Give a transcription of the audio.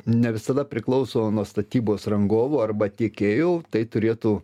ne visada priklauso nuo statybos rangovų arba tiekėjų tai turėtų